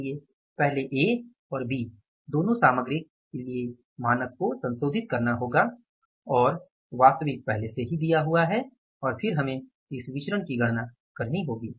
इसलिए हमें पहले ए और बी दोनों सामग्रियों के लिए मानक को संशोधित करना होगा और वास्तविक पहले से ही दिया हुआ है और फिर हमें इस विचरण की गणना करनी होगी